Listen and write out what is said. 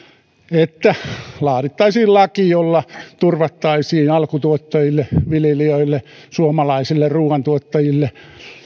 että laadittaisiin laki jolla turvattaisiin alkutuottajille viljelijöille suomalaisille ruuantuottajille